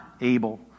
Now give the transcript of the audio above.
able